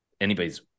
anybody's